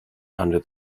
under